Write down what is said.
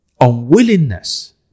unwillingness